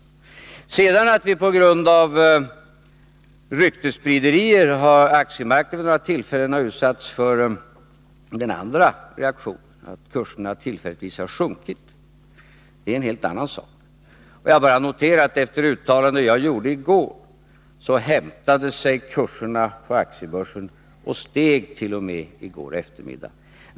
Att aktiemarknaden sedan på grund av ryktesspriderier vid några tillfällen utsatts för den andra reaktionen, nämligen att aktiekurserna tillfälligtvis har sjunkit, är en helt annan sak. Jag bara noterar att efter det uttalande jag gjorde i går, så hämtade sig kurserna på aktiebörsen och steg t.o.m. i går eftermiddag.